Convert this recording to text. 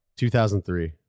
2003